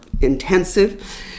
intensive